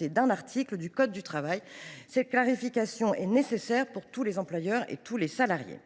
d’un article du code du travail. Cette clarification est nécessaire pour tous les employeurs et tous les salariés.